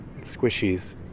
squishies